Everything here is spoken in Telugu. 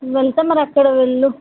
వెళితే మరి అక్కడ వెళ్ళు